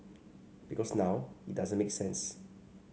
because now it doesn't make sense